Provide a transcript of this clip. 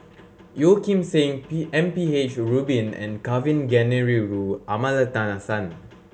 Yeo Kim Seng P M P H Rubin and Kavignareru Amallathasan